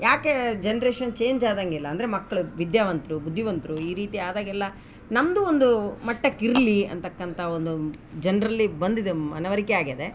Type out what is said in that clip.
ಯಾಕೇ generation change ಆದಂಗೆಲ್ಲ ಅಂದರೆ ಮಕ್ಕಳು ವಿದ್ಯಾವಂತರು ಬುದ್ದಿವಂತರು ಈ ರೀತಿ ಆದಾಗೆಲ್ಲ ನಮ್ಮದು ಒಂದು ಮಟ್ಟಕ್ಕೆ ಇರಲಿ ಅಂತಕ್ಕಂಥ ಒಂದು ಜನರಲ್ಲಿ ಬಂದಿದೆ ಮನವರಿಕೆ ಆಗಿದೆ